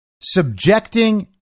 subjecting